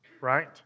right